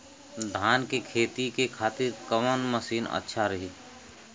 धान के खेती के खातिर कवन मशीन अच्छा रही?